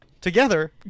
Together